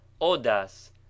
Odas